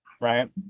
right